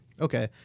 okay